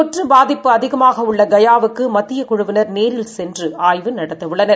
தொற்றுபாதிப்புஅதிகமாகஉள்ளகயாவுக்குமத்தியக்குழு வினர்நேரில்சென்றுஆய்வுநடத்தவுள்ளனர்